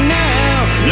now